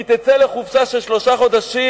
היא תצא לחופשה של שלושה חודשים,